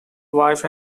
wife